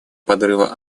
подрыва